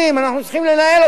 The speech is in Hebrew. אנחנו צריכים לנהל אותם.